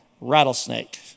Rattlesnake